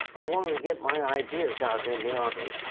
i wanted to get my ideas out in the army.